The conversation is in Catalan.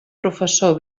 professor